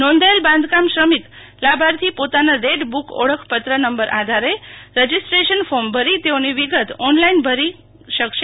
નોંધાયેલા બાંધકામ શ્રમિક લાભાર્થી પોતાની રેડ બુક ઓળખ પત્ર નંબર આધારે રજીસ્ટ્રેશન ફોર્મ ભરી તેઓની વિગત ઓનલાઈન ભરી કરી શકશે